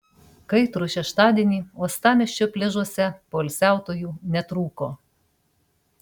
kaitrų šeštadienį uostamiesčio pliažuose poilsiautojų netrūko